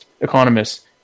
economists